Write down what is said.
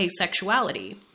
asexuality